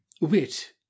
wit